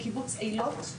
בקיבוץ אילות,